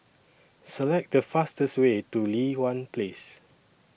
Select The fastest Way to Li Hwan Place